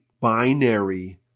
binary